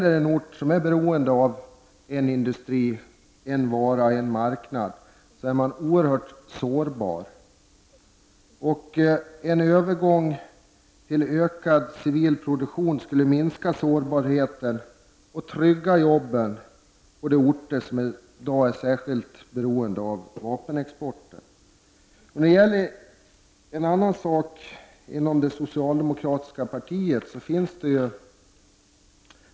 En ort som är beroende av en industri, en vara eller en marknad är oerhört sårbar. Men en övergång till ökad civil produktion skulle minska sårbarheten och trygga jobben på de orter som i dag är särskilt beroende av vapenexporten. Så till en annan sak som har med det socialdemokratiska partiet att göra.